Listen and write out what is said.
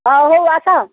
ହଁ ହଉ ଆସ